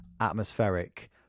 atmospheric